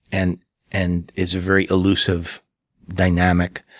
and and it's a very elusive dynamic.